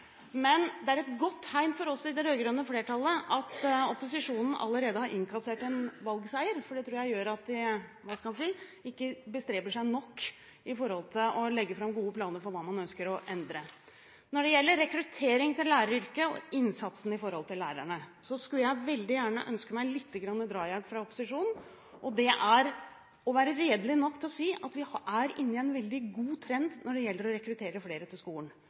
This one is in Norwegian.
Men det er et godt tegn for oss i det rød-grønne flertallet at opposisjonen allerede har innkassert en valgseier, for det tror jeg gjør at de ikke bestreber seg nok på å legge fram gode planer for hva man ønsker å endre. Når det gjelder rekruttering til læreryrket og innsatsen med hensyn til lærerne, skulle jeg veldig gjerne ønske meg litt drahjelp fra opposisjonen – og det er å være redelig nok til å si at vi er inne i en veldig god trend når det gjelder å rekruttere flere til skolen.